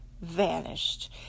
vanished